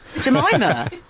Jemima